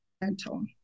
mental